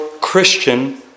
Christian